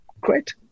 great